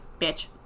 Bitch